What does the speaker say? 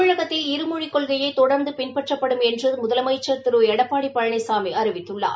தமிழகத்தில் இருமொழிக் கொள்கையே தொடர்ந்து பின்பற்றப்படும் என்று முதலமைச்ள் திரு எடப்பாடி பழனிசாமி அறிவித்துள்ளார்